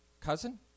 cousin